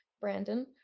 brandon